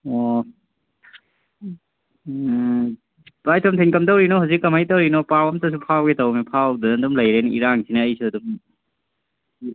ꯑꯣ ꯎꯝ ꯚꯥꯏ ꯇꯣꯝꯊꯤꯟ ꯀꯝꯗꯧꯔꯤꯅꯣ ꯍꯧꯖꯤꯛ ꯀꯃꯥꯏ ꯇꯧꯔꯤꯅꯣ ꯄꯥꯎ ꯑꯝꯇꯁꯨ ꯐꯥꯎꯒꯦ ꯇꯧꯕꯅꯤ ꯐꯥꯎꯗꯅ ꯑꯗꯨꯝ ꯂꯩꯔꯦꯅꯦ ꯏꯔꯥꯡꯁꯤꯅ ꯑꯩꯁꯨ ꯑꯗꯨꯝ